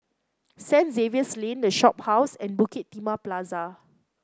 Saint Xavier's Lane The Shophouse and Bukit Timah Plaza